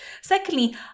Secondly